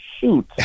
shoot